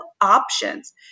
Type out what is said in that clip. options